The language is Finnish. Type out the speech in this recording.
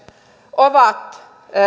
ovat